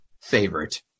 favorite